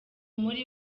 muri